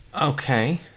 Okay